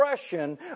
expression